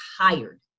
tired